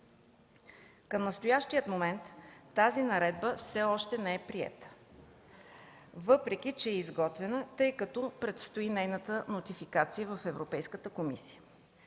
Към настоящия момент тази наредба все още не е приета, въпреки че е изготвена, тъй като предстои нейната нотификация в Европейската комисия.